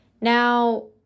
Now